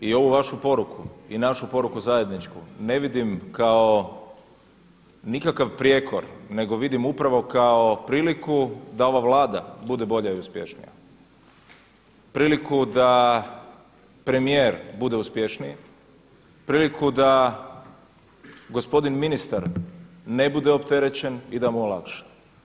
I ovu vašu poruku i našu poruku zajedničku ne vidim kao nikakav prijekor, nego vidim upravo kao priliku da ova Vlada bude bolja i uspješnija, priliku da premijer bude uspješniji, priliku da gospodin ministar ne bude opterećen i da mu olakša.